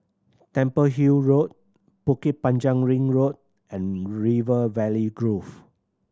Temple Hill Road Bukit Panjang Ring Road and River Valley Grove